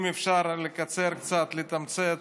אם אפשר לקצר קצת, לתמצת